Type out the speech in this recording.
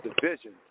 Division